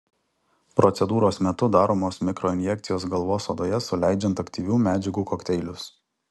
procedūros metu daromos mikroinjekcijos galvos odoje suleidžiant aktyvių medžiagų kokteilius